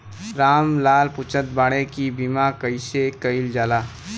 राम लाल पुछत बाड़े की बीमा कैसे कईल जाला?